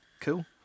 cool